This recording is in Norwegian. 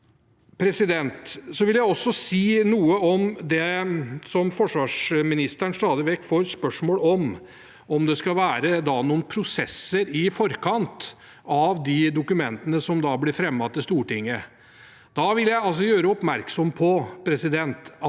Jeg vil også si noe om det som forsvarsministeren stadig vekk får spørsmål om – om det skal være noen prosesser i forkant av at de dokumentene blir fremmet til Stortinget. Da vil jeg gjøre oppmerksom på at det